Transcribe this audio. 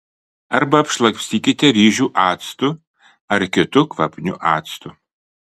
arba apšlakstykite ryžių actu ar kitu kvapniu actu